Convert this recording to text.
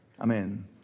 Amen